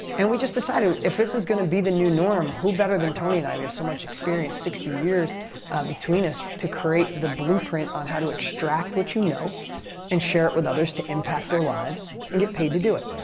and we just decided, if this is gonna be the new norm, who better than tony and i? we have so much experience, sixty years between us, to create the blueprint on how to extract what you know and share it with others to impact their lives and get paid to do it.